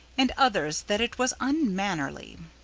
and others that it was unmannerly.